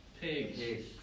pigs